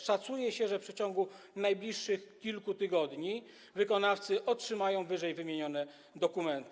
Szacuje się, że w przeciągu najbliższych kilku tygodni wykonawcy otrzymają ww. dokumenty.